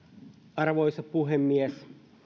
arvoisa puhemies